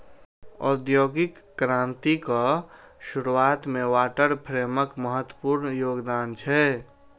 औद्योगिक क्रांतिक शुरुआत मे वाटर फ्रेमक महत्वपूर्ण योगदान छै